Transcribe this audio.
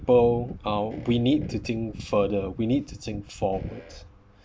people uh we need to think further we need to think forwards